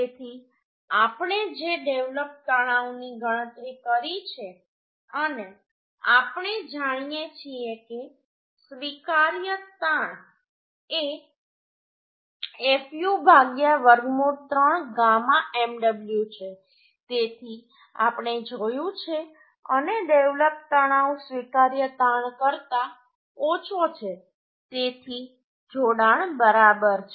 તેથી આપણે જે ડેવલપ તણાવની ગણતરી કરી છે અને આપણે જાણીએ છીએ કે સ્વીકાર્ય તાણ એ fu વર્ગમૂળ 3 γ mw છે તેથી આપણે તે જોયું છે અને ડેવલપ તણાવ સ્વીકાર્ય તાણ કરતાં ઓછો છે તેથી જોડાણ બરાબર છે